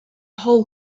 whole